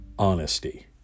honesty